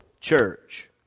Church